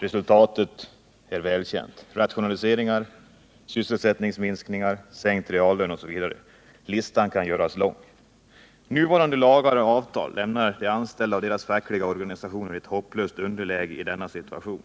Resultatet är välkänt: rationaliseringar, sysselsättningsminskningar, sänkt reallön osv. Listan kan göras lång. Nuvarande lagar och avtal försätter de anställda och deras fackliga organisationer i ett hopplöst underläge i denna situation.